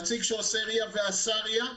נציג שעושה RIA ועשה RIA,